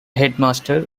headmaster